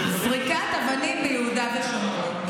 זריקת אבנים ביהודה ושומרון.